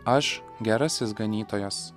aš gerasis ganytojas